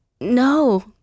no